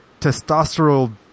testosterone